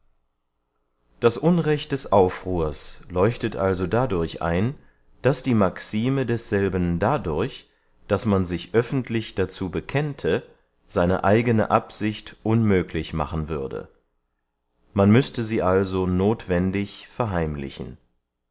das unrecht des aufruhrs leuchtet also dadurch ein daß die maxime desselben dadurch daß man sich öffentlich dazu bekennte seine eigene absicht unmöglich machen würde man müßte sie also nothwendig verheimlichen